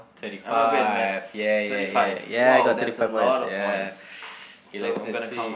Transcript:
thirty five yeah yeah yeah yeah I got thirty five points ya okay let's let's see